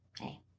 Hey